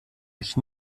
mich